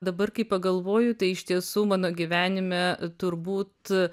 dabar kai pagalvoju tai iš tiesų mano gyvenime turbūt